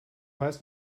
weiß